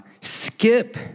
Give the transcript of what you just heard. skip